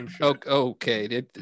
Okay